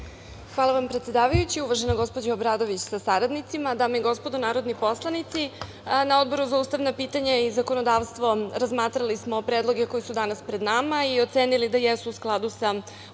Hvala. Uvažena gospođo Obradović sa saradnicima, dame i gospodo narodni poslanici, na Odboru za ustavna pitanja i zakonodavstvo razmatrali smo predloge koji su danas pred nama i ocenili da jesu u skladu sa Ustavom